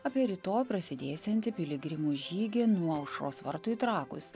apie rytoj prasidėsiantį piligrimų žygį nuo aušros vartų į trakus